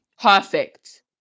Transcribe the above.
Perfect